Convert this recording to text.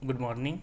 good morning